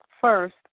first